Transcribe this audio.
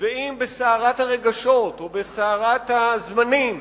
ואם בסערת הרגשות או בסערת הזמנים